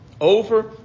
over